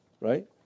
right